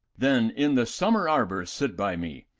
then in the summer arbor sit by me,